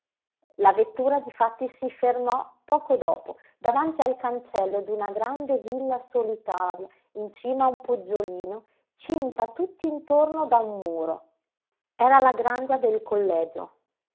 la vettura difatti si fermò poco dopo davanti al cancello d'una grande villa solitaria in cima a un poggiolino cinta tutt'intorno da un muro era la grangia del collegio